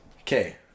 Okay